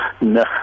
No